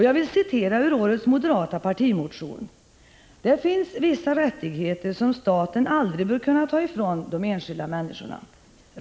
Jag vill citera ur årets moderata partimotion: ”Det finns vissa rättigheter som staten aldrig bör kunna ta ifrån de enskilda människorna.